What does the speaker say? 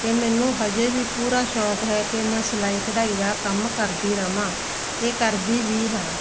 ਅਤੇ ਮੈਨੂੰ ਹਜੇ ਵੀ ਪੂਰਾ ਸ਼ੌਂਕ ਹੈ ਕਿ ਮੈਂ ਸਿਲਾਈ ਕਢਾਈ ਦਾ ਕਰਦੀ ਰਵਾਂ ਅਤੇ ਕਰਦੀ ਵੀ ਹਾਂ